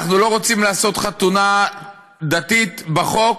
אנחנו לא רוצים לעשות חתונה דתית בחוק,